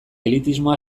elitismoa